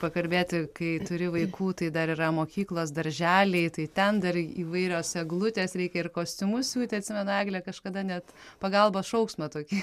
pakalbėti kai turi vaikų tai dar yra mokyklos darželiai tai ten dar įvairios eglutės reikia ir kostiumus siūti atsimenu eglė kažkada net pagalbos šauksmą tokį